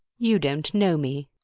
you don't know me!